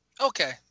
Okay